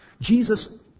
Jesus